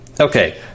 Okay